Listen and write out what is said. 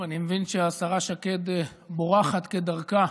אני מבין שהשרה שקד בורחת, כדרכה.